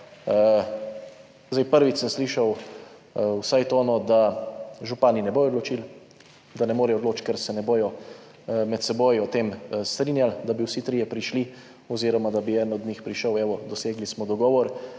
Prvič sem slišal vsaj to, da župani ne bodo odločili, da ne morejo odločiti, ker se ne bodo med seboj o tem strinjali, da bi vsi trije prišli oziroma da bi eden od njih prišel, evo, dosegli smo dogovor.